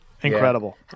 Incredible